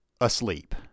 asleep